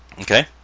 Okay